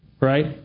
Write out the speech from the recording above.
Right